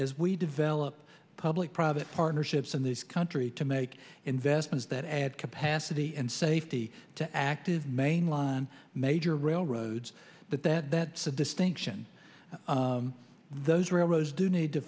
as we develop public private partnerships in this country to make investments that add capacity and safety to active mainline major railroads but that that's a distinction those railroads do need to